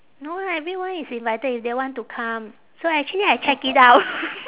no lah everyone is invited if they want to come so actually I check it out